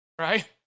right